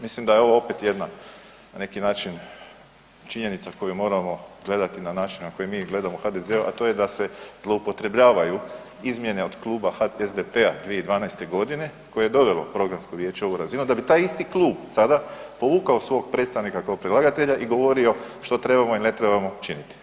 Mislim da je ovo opet jedna na neki način činjenica koju moramo gledati na način na koji mi gledamo u HDZ-u, a to je da se zloupotrebljavaju izmjene od Kluba SDP-a 2012.g. koje je dovelo programsko vijeće na ovu razinu, da bi taj isti klub sada povukao svog predstavnika kao predlagatelja i govorio što trebamo ili ne trebamo činiti.